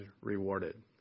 rewarded